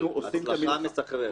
הצלחה מסחררת.